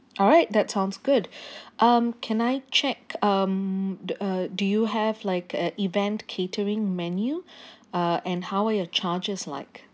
alright that sounds good um can I check um the uh do you have like uh event catering menu uh and how are your charges like